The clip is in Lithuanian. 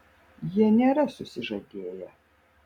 jie nėra susižadėję